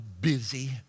busy